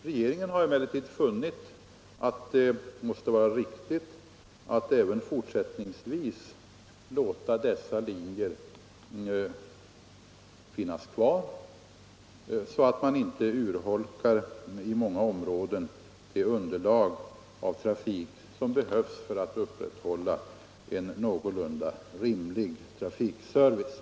Regeringen har emel Sn lertid funnit att det måste vara riktigt att även fortsättningsvis låta dessa äga linjer finnas kvar så att man inte urholkar — vilket kan bli fallet i många — Om den regionala områden — det underlag som behövs för att upprätthålla en någorlunda busstrafiken i rimlig trafikservice.